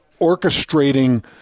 orchestrating—